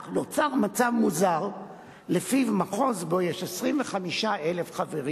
כך נוצר מצב מוזר שבו מחוז שיש בו 25,000 חברים,